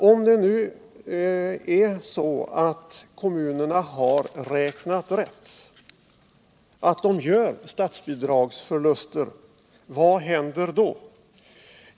Om det är så att kommunerna har räknat rätt och att de alltså gör statsbidragsförluster— vad händer då?